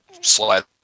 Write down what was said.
slide